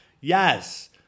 Yes